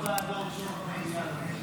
הסתייגות 4 לא נתקבלה.